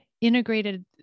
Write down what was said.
integrated